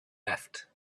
left